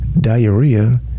diarrhea